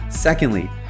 Secondly